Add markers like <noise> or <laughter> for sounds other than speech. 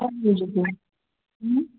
<unintelligible>